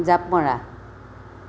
জাঁপ মৰা